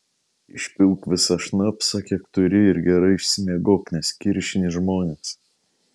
išpilk visą šnapsą kiek turi ir gerai išsimiegok nes kiršini žmones